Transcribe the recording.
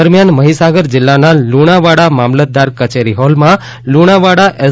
દરમિયાન મહીસાગર જિલ્લાના લુણાવાડા મામલતદાર કચેરી હોલમાં લુણાવાડા એસ